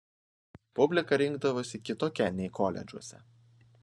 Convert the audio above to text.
publika rinkdavosi kitokia nei koledžuose